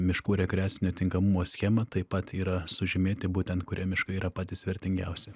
miškų rekreacinio tinkamumo schemą taip pat yra sužymėti būtent kurie miškai yra patys vertingiausi